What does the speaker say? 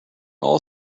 all